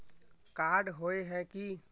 Card होय है की?